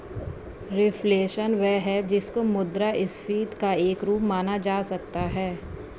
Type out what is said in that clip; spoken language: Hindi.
रिफ्लेशन वह है जिसको मुद्रास्फीति का एक रूप माना जा सकता है